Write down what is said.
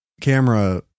camera